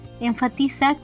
enfatiza